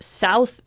south